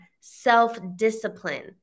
self-discipline